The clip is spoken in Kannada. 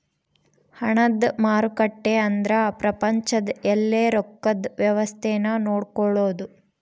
ಹಣದ ಮಾರುಕಟ್ಟೆ ಅಂದ್ರ ಪ್ರಪಂಚದ ಯೆಲ್ಲ ರೊಕ್ಕದ್ ವ್ಯವಸ್ತೆ ನ ನೋಡ್ಕೊಳೋದು